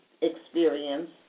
experience